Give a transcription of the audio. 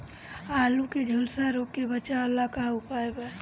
आलू के झुलसा रोग से बचाव ला का उपाय बा?